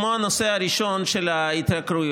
כמו הנושא הראשון של ההתייקרויות,